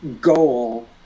goal